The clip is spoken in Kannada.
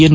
ಎನ್